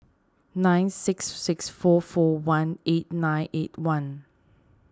nine six six four four one eight nine eight one